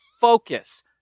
focus